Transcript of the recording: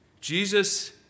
Jesus